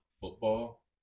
football